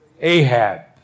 Ahab